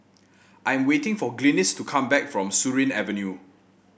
I am waiting for Glynis to come back from Surin Avenue